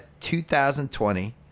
2020